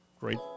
great